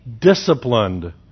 disciplined